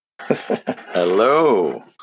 Hello